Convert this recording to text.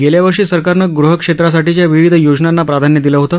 गेल्यावर्षी सरकारने गृहक्षेत्रासाठीच्या विविध योजनांना प्राधान्य दिले होते